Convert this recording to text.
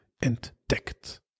entdeckt